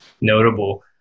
notable